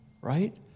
right